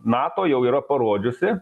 nato jau yra parodžiusi